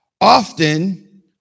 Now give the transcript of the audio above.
often